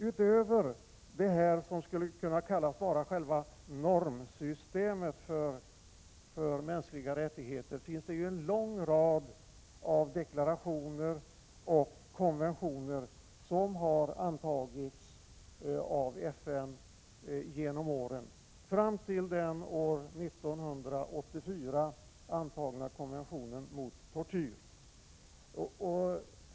Utöver detta, som skulle kunna kallas själva normsystemet för mänskliga rättigheter, finns det en lång rad deklarationer och konventioner som har antagits av FN genom åren fram till den år 1984 antagna konventionen mot och rätten till självbestämmande tortyr.